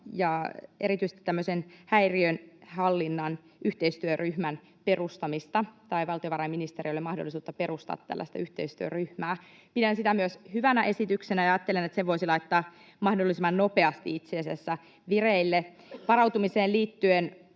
ja erityisesti tämmöisen häiriönhallinnan yhteistyöryhmän perustamista, valtiovarainministeriölle mahdollisuutta perustaa tällainen yhteistyöryhmä. Pidän myös sitä hyvänä esityksenä ja ajattelen, että sen voisi laittaa itse asiassa mahdollisimman nopeasti vireille. Varautumiseen liittyen